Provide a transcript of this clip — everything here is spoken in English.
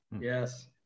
yes